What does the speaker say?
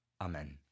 Amen